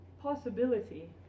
possibility